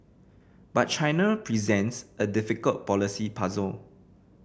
but China presents a difficult policy puzzle